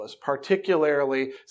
particularly